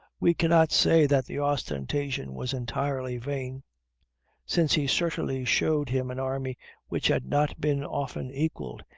we cannot say that the ostentation was entirely vain since he certainly showed him an army which had not been often equaled,